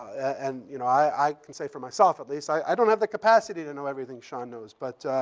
and you know i can say for myself at least, i don't have the capacity to know everything sean knows. but,